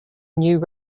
new